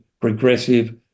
progressive